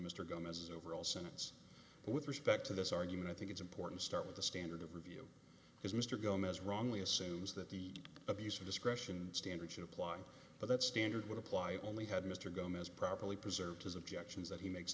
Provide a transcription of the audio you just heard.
mr gomes overall since with respect to this argument i think it's important start with the standard of review because mr gomes wrongly assumes that the abuse of discretion standard should apply but that standard would apply only had mr gomes properly preserved his objections that he makes